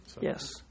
Yes